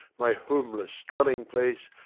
my homeless dwelling-place,